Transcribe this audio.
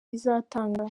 bizatanga